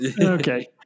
okay